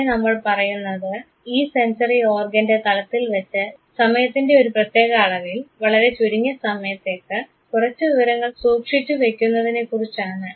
അവിടെ നമ്മൾ പറയുന്നത് ഈ സെൻസറി ഓർഗൻറെ തലത്തിൽ വച്ച് സമയത്തിൻറെ ഒരു പ്രത്യേക അളവിൽ വളരെ ചുരുങ്ങിയ സമയത്തേക്ക് കുറച്ച് വിവരങ്ങൾ സൂക്ഷിച്ചുവെക്കുന്നതിനെക്കുറിച്ചാണ്